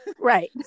Right